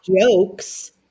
jokes